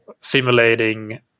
simulating